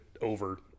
over